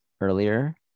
earlier